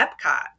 Epcot